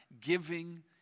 giving